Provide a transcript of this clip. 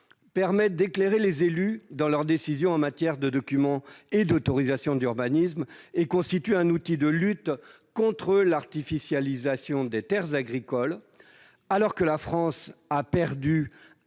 permet d'éclairer les élus dans la prise de leurs décisions en matière de documents et d'autorisations d'urbanisme. Elles constituent un outil de lutte contre l'artificialisation des terres agricoles, sachant que la France a perdu un